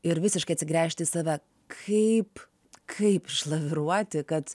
ir visiškai atsigręžti į save kaip kaip išlaviruoti kad